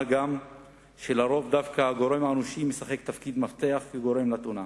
מה גם שלרוב דווקא הגורם האנושי משחק תפקיד מפתח כגורם לתאונה,